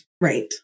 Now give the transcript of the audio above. right